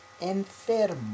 enfermo